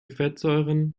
fettsäuren